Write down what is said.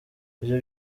ibyo